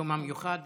ביום המיוחד,